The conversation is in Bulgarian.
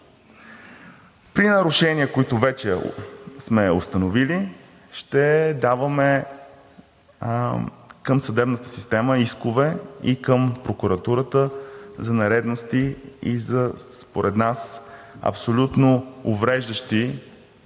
При нарушения, които вече сме установили, ще даваме към съдебната система искове и към прокуратурата за нередности и за, според нас, абсолютно увреждащи